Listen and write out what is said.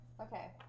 Okay